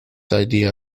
idea